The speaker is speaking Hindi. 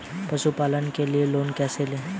पशुपालन के लिए लोन कैसे लें?